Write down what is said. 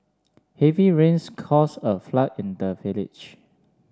heavy rains cause a flood in the village